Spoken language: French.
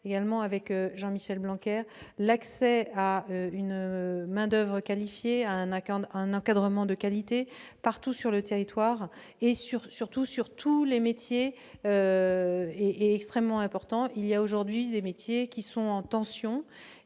également, avec Jean-Michel Blanquer. L'accès à une main-d'oeuvre qualifiée, à un encadrement de qualité, partout sur le territoire et surtout pour tous les métiers, est extrêmement important. Certains métiers sont aujourd'hui en tension